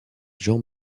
jean